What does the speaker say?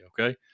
okay